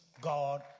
God